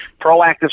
proactive